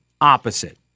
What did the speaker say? opposite